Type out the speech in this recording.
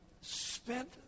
spent